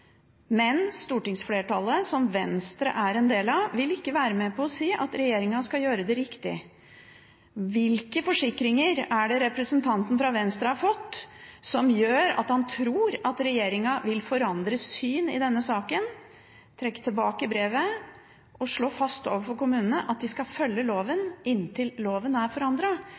men stortingsflertallet – som Venstre er en del av – vil ikke være med på å si at regjeringen skal gjøre det riktig. Hvilke forsikringer er det representanten fra Venstre har fått som gjør at han tror at regjeringen vil forandre syn i denne saken, trekke tilbake brevet og slå fast overfor kommunene at de skal følge loven inntil loven er